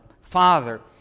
Father